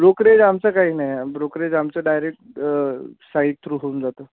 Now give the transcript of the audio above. brokerage आमचं काही नाही आहे ब्रोकरेज आमचं डायरेक्ट साईट थ्रू होऊन जातं